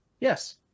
Yes